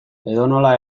edonola